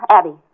Abby